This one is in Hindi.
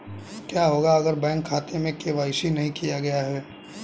क्या होगा अगर बैंक खाते में के.वाई.सी नहीं किया गया है?